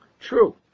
True